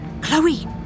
Chloe